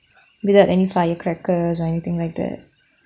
without any firecrackers or anything like that